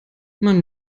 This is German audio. man